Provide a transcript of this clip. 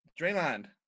Draymond